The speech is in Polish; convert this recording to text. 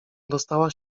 dostała